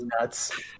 Nuts